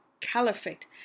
Caliphate